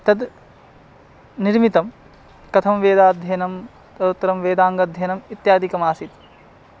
तद् निर्मितं कथं वेदाध्ययनं तदुत्तरं वेदाङ्गाध्ययनम् इत्यादिकम् आसीत्